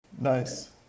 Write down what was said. Nice